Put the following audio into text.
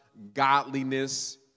godliness